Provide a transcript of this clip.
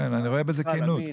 כן, אני רואה בזה כנות.